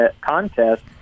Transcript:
contest